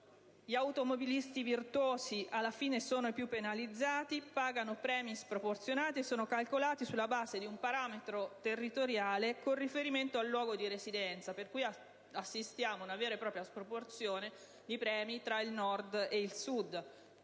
Gli automobilisti virtuosi, alla fine, sono i più penalizzati: pagano premi sproporzionati, calcolati sulla base di un parametro territoriale con riferimento al luogo di residenza, per cui assistiamo ad una vera e propria sproporzione dei premi tra il Nord ed il Sud.